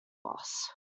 boss